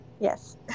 yes